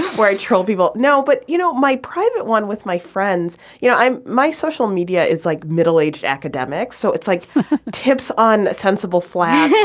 where i troll people. no but you know my private one with my friends you know my social media is like middle aged academics. so it's like tips on a sensible flat.